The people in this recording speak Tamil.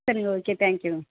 சரிங்க ஓகே தேங்க்யூங்க